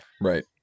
Right